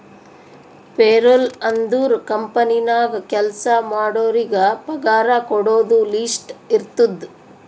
payroll ಅಂದುರ್ company ನಾಗ್ ಕೆಲ್ಸಾ ಮಾಡೋರಿಗ ಪಗಾರ ಕೊಡೋದು ಲಿಸ್ಟ್ ಇರ್ತುದ್